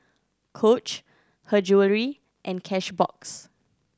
Coach Her Jewellery and Cashbox